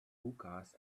hookahs